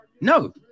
No